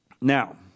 Now